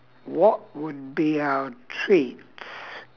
what would be our treats